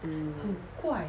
mm